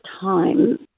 time